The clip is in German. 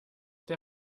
der